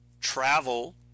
travel